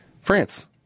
France